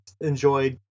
enjoyed